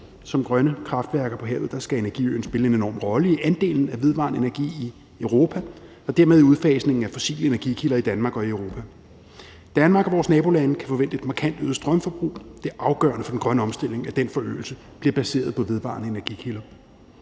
Som grønne kraftværker på havet skal energiøen spille en enorm rolle i forhold til andelen af vedvarende energi i Europa og dermed udfasningen af fossile energikilder i Danmark og Europa. Danmark og vores nabolande kan forvente et markant øget strømforbrug, og det er afgørende for den grønne omstilling, at den forøgelse bliver baseret på vedvarende energikilder.